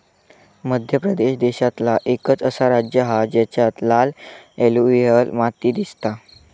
मध्य प्रदेश देशांतला एकंच असा राज्य हा जेच्यात लाल एलुवियल माती दिसता